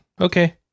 Okay